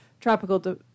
tropical